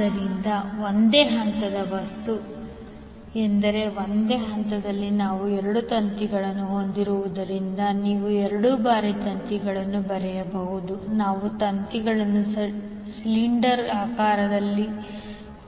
ಆದ್ದರಿಂದ ಒಂದೇ ಹಂತದ ವಸ್ತು ಎಂದರೆ ಒಂದೇ ಹಂತದಲ್ಲಿ ನಾವು 2 ತಂತಿಗಳನ್ನು ಹೊಂದಿರುವುದರಿಂದ ನೀವು 2 ಬಾರಿ ತಂತಿಯನ್ನು ಬರೆಯಬಹುದು ನಾವು ತಂತಿಗಳನ್ನು ಸಿಲಿಂಡರಾಕಾರದ ಆಕಾರದಲ್ಲಿ